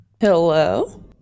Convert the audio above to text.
Hello